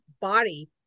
body